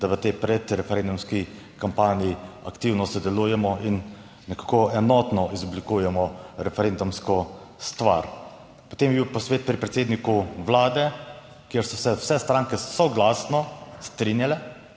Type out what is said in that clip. da v tej predreferendumski kampanji aktivno sodelujemo in nekako enotno izoblikujemo referendumsko stvar. Potem je bil posvet pri predsedniku vlade, kjer so se vse stranke soglasno strinjale,